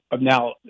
now